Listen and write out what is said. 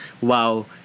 wow